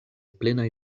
plenaj